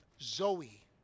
Zoe